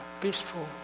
peaceful